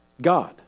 God